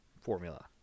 formula